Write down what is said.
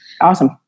Awesome